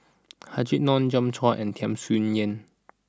Habib Noh Joi Chua and Tham Sien Yen